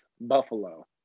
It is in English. Buffalo